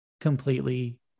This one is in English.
completely